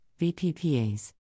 VPPAs